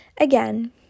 Again